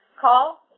call